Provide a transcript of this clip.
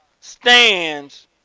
stands